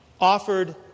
offered